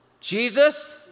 Jesus